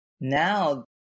now